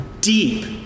deep